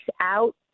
out